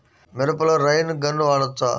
మిరపలో rain gun వాడవచ్చా?